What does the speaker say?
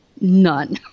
none